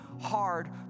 hard